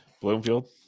Bloomfield